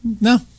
No